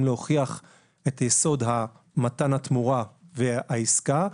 להוכיח את יסוד מתן התמורה והעסקה,